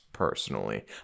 Personally